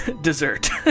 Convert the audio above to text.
dessert